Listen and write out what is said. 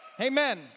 Amen